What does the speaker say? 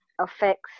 affects